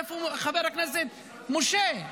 איפה חבר הכנסת משה?